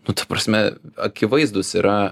nu ta prasme akivaizdūs yra